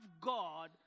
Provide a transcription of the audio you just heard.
God